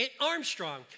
Armstrong